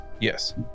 Yes